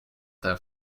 their